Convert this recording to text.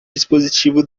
dispositivo